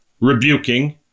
rebuking